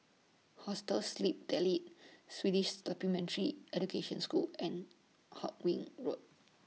Hostel Sleep Delight Swedish Supplementary Education School and Hawkinge Road